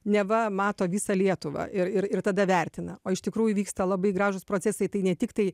neva mato visą lietuvą ir ir ir tada vertina o iš tikrųjų vyksta labai gražūs procesai tai ne tik tai